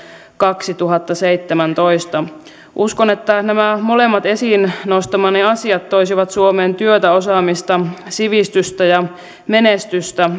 kaksituhattaseitsemäntoista uskon että nämä molemmat esiin nostamani asiat toisivat suomeen työtä osaamista sivistystä ja menestystä